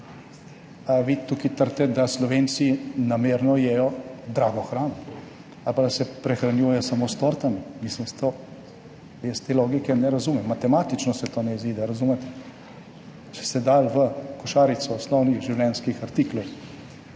A vi tukaj trdite, da Slovenci namerno jedo drago hrano ali pa da se prehranjuje samo s tortami? Mislim, jaz te logike ne razumem. Matematično se to ne izide. Razumete? Če se da v košarico osnovnih življenjskih artiklov